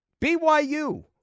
BYU